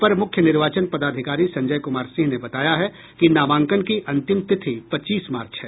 अपर मुख्य निर्वाचन पदाधिकारी संजय कुमार सिंह ने बताया है कि नामांकन की अंतिम तिथि पच्चीस मार्च हैं